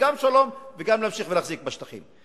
גם שלום וגם להמשיך ולהחזיק בשטחים.